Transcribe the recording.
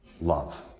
Love